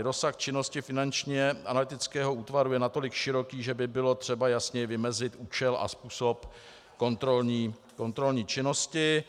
Rozsah činnosti Finančního analytického útvaru je natolik široký, že by bylo třeba jasněji vymezit účel a způsob kontrolní činnosti.